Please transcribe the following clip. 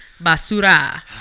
Basura